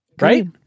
Right